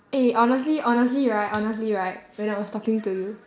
eh honestly honestly right honestly right when I was talking to